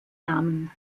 namen